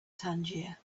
tangier